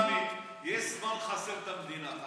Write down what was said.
הרי בתנועה האסלאמית יש זמן לחסל את המדינה.